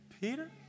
peter